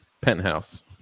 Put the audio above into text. penthouse